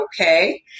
okay